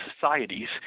societies